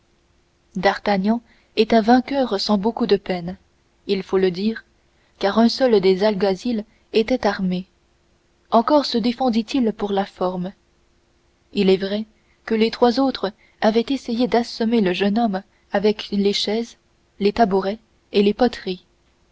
d'artagnan était vainqueur sans beaucoup de peine il faut le dire car un seul des alguazils était armé encore se défendit il pour la forme il est vrai que les trois autres avaient essayé d'assommer le jeune homme avec les chaises les tabourets et les poteries